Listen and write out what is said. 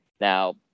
Now